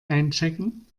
einchecken